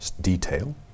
Detail